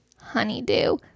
honeydew